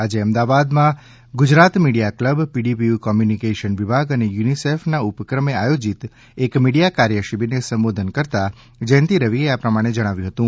આજે અમદાવાદમાં Gujarat media club PDPU communication વિભાગ અને યુનિસેફના ઉપક્રમે આયોજિત એક મીડિયા કાર્યશિબિરને સંબોધન કરતાં જયંતી રવિએ આ પ્રમાણે જણાવ્યું હતું